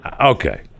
okay